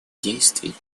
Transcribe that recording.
действий